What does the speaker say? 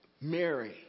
Mary